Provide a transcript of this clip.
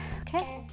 okay